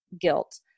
guilt